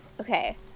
Okay